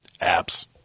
Apps